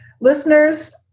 Listeners